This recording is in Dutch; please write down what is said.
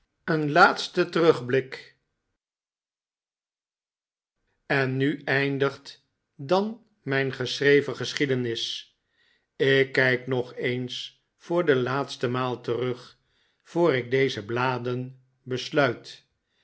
een laatste terugblik en nu eindigt dan mijn geschreven geschiedenis ik kijk nog eens voor de laatste maal terug voor ik deze bladen besluit